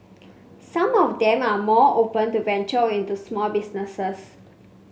some of them are more open to venture into small businesses